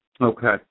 Okay